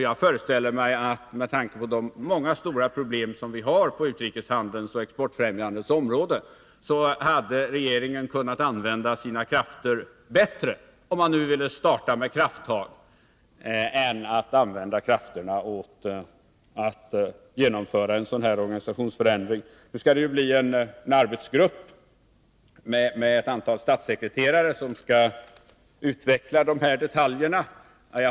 Jag föreställer mig att regeringen — med tanke på de många stora problem som vi har på utrikeshandelns och exportfrämjandets område — hade kunnat använda sina krafter bättre, om den nu vill starta med krafttag, än till att genomföra en sådan här organisationsförändring. Nu blir det ju en arbetsgrupp, i vilken ingår ett antal statssekreterare, som skall utveckla detaljerna.